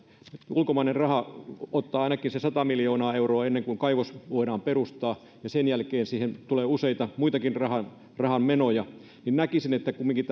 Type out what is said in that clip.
ulkomainen raha ottaa ainakin sen sata miljoonaa euroa ennen kuin kaivos voidaan perustaa ja sen jälkeen siihen tulee useita muitakin rahanmenoja näkisin että kumminkin